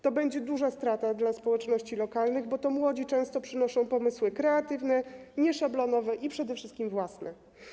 To będzie duża strata dla społeczności lokalnych, bo to młodzi często przynoszą pomysły kreatywne, nieszablonowe i przede wszystkim własne.